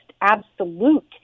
absolute